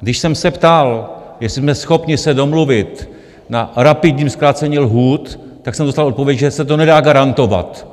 Když jsem se ptal, jestli jsme schopni se domluvit na rapidním zkrácení lhůt, tak jsem dostal odpověď, že se to nedá garantovat,